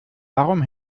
warum